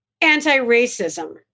anti-racism